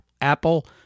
Apple